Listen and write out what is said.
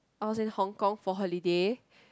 I was in Hong Kong for holiday